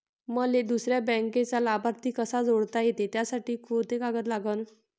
मले दुसऱ्या बँकेचा लाभार्थी कसा जोडता येते, त्यासाठी कोंते कागद लागन?